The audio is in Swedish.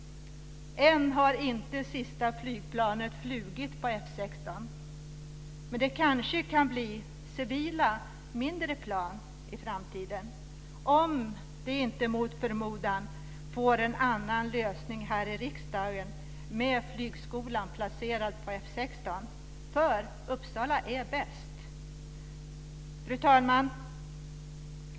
Än har inte sista flygplanet flugit på F 16, men det kanske kan bli civila, mindre plan i framtiden om vi inte mot förmodan får en annan lösning här i riksdagen med Flygskolan placerad på F 16. Uppsala är bäst. Fru talman!